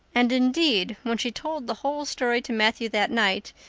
and indeed, when she told the whole story to matthew that night,